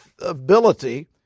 ability